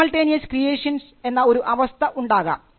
simultaneous creations എന്ന ഒരു അവസ്ഥ ഇണ്ടാകാം